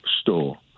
store